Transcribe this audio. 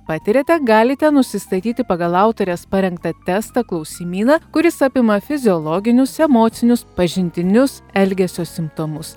patiriate galite nusistatyti pagal autorės parengtą testą klausimyną kuris apima fiziologinius emocinius pažintinius elgesio simptomus